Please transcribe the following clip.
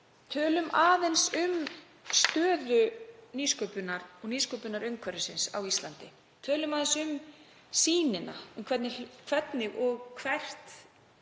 Tölum aðeins um stöðu nýsköpunar og nýsköpunarumhverfisins á Íslandi. Tölum aðeins um sýnina, hvernig og hvert hlutverk